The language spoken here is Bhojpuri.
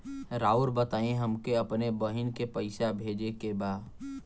राउर बताई हमके अपने बहिन के पैसा भेजे के बा?